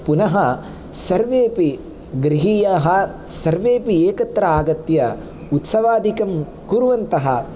पुनः सर्वेऽपि गृहीयाः सर्वेपि एकत्र आगत्य उत्सवादिकं कुर्वन्तः